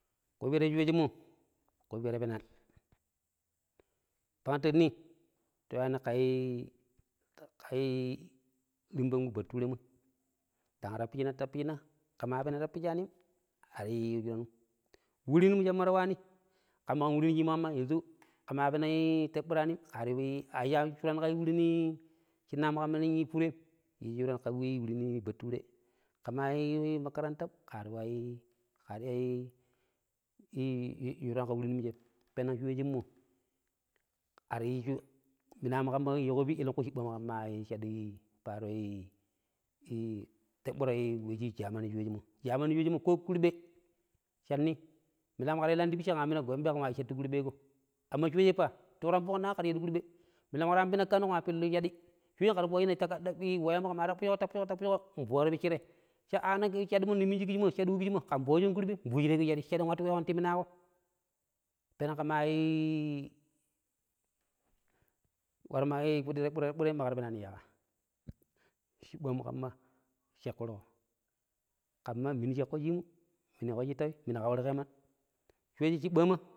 ﻿Kupira shi shoshenmmo ƙupira penan bangta ni ta yuwani ƙa ripan we Baturenmmo ndang tappicna-tappicna-ƙe ma peno tappichanim wurinmo shimma ta wa nimmo, ƙama ƙan wurin shinnamu ƙamma yanzu ƙema peno teɓɓiranim ƙema yu shuran ƙa shimu ƙamma furoim yi shuran ƙai wurin Bature ƙema yu makarantam ƙa ta ii ai yu shuran ƙa wurinmijem peneg shoshemmo paro wesshe mnamu ƙamma meƙo pii ƙelenƙwi chiɓɓamu ƙamma ii shaɗu paroi ii i teɓɓuroi we shi ta jamani shoshemmo, jamani shoshe ko kokurɓe shan ni milam ƙe ta illani ti picche ƙen ambina gomɓe ƙen wa shattu kurɓe ƙo, ammashoshe pa ti ƙuram foƙnaƙo ƙe ta shaɗu kurɓe, milam ƙe ta ambina Kano ƙen wa pillu shaɗi shoshe pa, shoshe ƙe ta fuchna ii wayammo ƙema tapuccuƙo-tapuccuƙo-tapuccuƙo piccire sha animo shaɗimo ni minjii ƙecciminmo shaɗimmo ƙiccinmmo ƙen foccon kurɓei, fucireƙo shaɗɗiƙo, shaɗɗiƙo wattii weƙon ti minaƙo, peneg ƙema ii waro piɗi teɓɓuro-teɓɓuroim ƙe ta yuwani yakha. chiɓɓamu ƙamma sheƙƙirƙo ƙammaiminiu sheƙƙo shimui minuyiƙo shittaui minu kauriƙeman shoshe chiɓɓa ma mandi watti ƙawi ti shele mu.